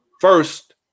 first